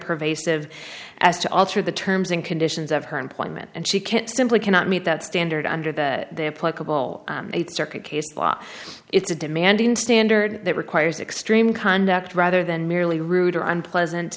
pervasive as to alter the terms and conditions of her employment and she can't simply cannot meet that standard under the political circuit case law it's a demanding standard that requires extreme conduct rather than merely rude or unpleasant